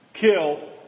kill